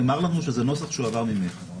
נאמר לנו שזה נוסח שהועבר ממך.